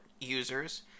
users